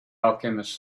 alchemist